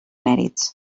mèrits